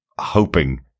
hoping